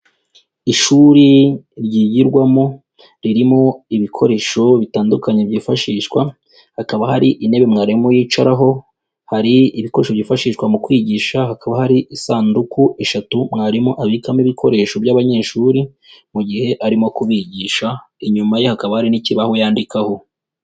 Ishuri ryigirwamo ririmo ibikoresho bitandukanye byifashishwa, hakaba hari intebe mwarimu yicaraho, hari ibikoresho byifashishwa mu kwigisha, hakaba hari isanduku eshatu mwarimu abikamo ibikoresho by'abanyeshuri mu gihe arimo kubigisha, inyuma ye hakaba n'ikibaho yandikaho.